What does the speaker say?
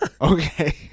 Okay